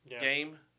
game